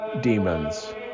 demons